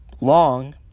long